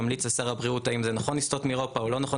ימליץ לשר הבריאות האם נכון לסטות מאירופה או לא.